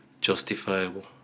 justifiable